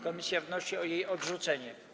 Komisja wnosi o jej odrzucenie.